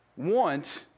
want